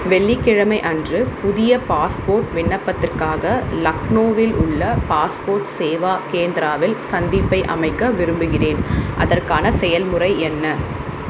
வெள்ளிக்கிழமை அன்று புதிய பாஸ்போர்ட் விண்ணப்பத்திற்காக லக்னோவில் உள்ள பாஸ்போர்ட் சேவா கேந்திராவில் சந்திப்பை அமைக்க விரும்புகிறேன் அதற்கான செயல்முறை என்ன